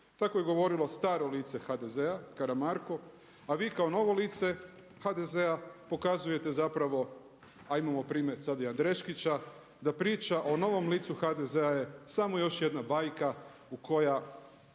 Tako je govorilo staro lice HDZ-a Karamarko, a vi kao novo lice HDZ-a pokazujete zapravo, a imamo primjer sad i Andreškića da priča o novom licu HDZ-a je samo još jedna bajka koja